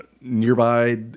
nearby